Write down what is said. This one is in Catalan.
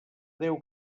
déu